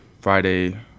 Friday